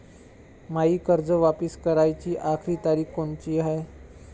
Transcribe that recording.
मायी कर्ज वापिस कराची आखरी तारीख कोनची हाय?